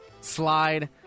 slide